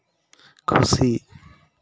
ᱠᱷᱩᱥᱤ